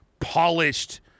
polished